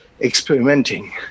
experimenting